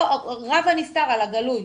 רב הנסתר על הגילוי,